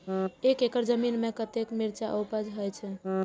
एक एकड़ जमीन में कतेक मिरचाय उपज होई छै?